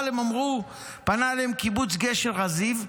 אבל הם אמרו שפנה אליהם קיבוץ גשר הזיו,